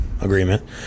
agreement